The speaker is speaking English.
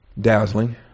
dazzling